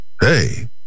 Hey